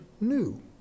new